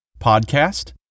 podcast